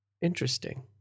interesting